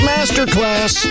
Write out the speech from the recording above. Masterclass